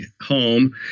home